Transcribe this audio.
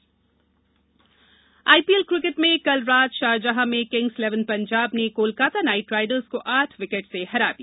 IPL IPL cricket में कल रात शारजाह में किंग्स इलेवन पंजाब ने कोलकाता नाइटराइडर्स को आठ विकेट से हरा दिया